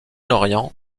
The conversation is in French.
orient